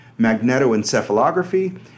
magnetoencephalography